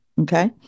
Okay